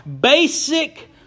basic